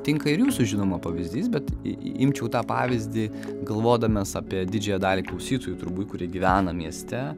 tinka ir jūsų žinoma pavyzdys bet ii imčiau tą pavyzdį galvodamas apie didžiąją dalį klausytojų turbūt kurie gyvena mieste